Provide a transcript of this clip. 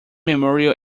memorial